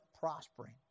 prospering